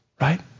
right